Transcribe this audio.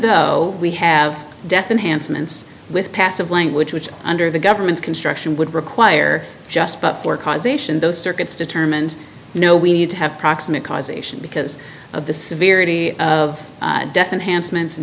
though we have death in handsome and with passive language which under the government's construction would require just but for causation those circuits determined no we need to have proximate cause ation because of the severity of death and